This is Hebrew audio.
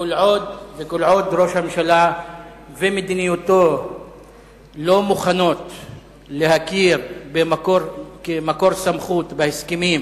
וכל עוד ראש הממשלה ומדיניותו לא מוכנים להכיר כמקור סמכות בהסכמים